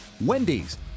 Wendy's